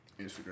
Instagram